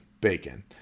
Bacon